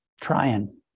Trying